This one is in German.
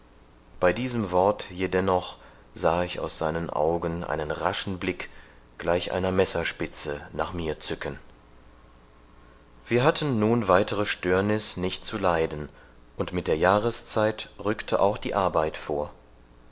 bei diesem wort jedennoch sah ich aus seinen augen einen raschen blick gleich einer messerspitze nach mir zücken wir hatten nun weitere störniß nicht zu leiden und mit der jahreszeit rückte auch die arbeit vor